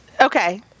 Okay